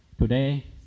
Today